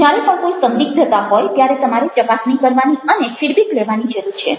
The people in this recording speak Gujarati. જ્યારે પણ કોઈ સંદિગ્ધતા હોય ત્યારે તમારે ચકાસણી કરવાની અને ફીડબેક લેવાની જરૂર છે